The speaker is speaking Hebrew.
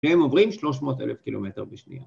‫שהם עוברים 300 אלף קילומטר בשנייה.